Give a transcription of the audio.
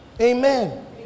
Amen